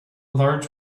large